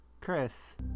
Chris